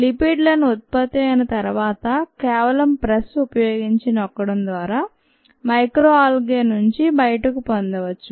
లిపిడ్లను ఉత్పత్తి అయిన తరువాత కేవలం ప్రెస్ ఉపయోగించి నొక్కడం ద్వారా మైక్రోఆల్గే నుంచి బయటకు పొందవచ్చు